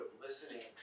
listening